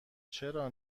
چرا